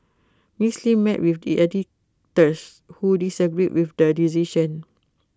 miss Lim met with the editors who disagreed with the decision